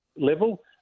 level